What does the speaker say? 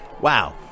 Wow